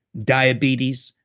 diabetes,